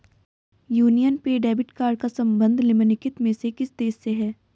Union पे debit card का संबंध निम्नलिखित में से किस देश से है?